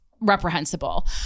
reprehensible